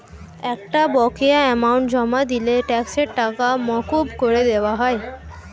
একটা বকেয়া অ্যামাউন্ট জমা দিলে ট্যাক্সের টাকা মকুব করে দেওয়া হয়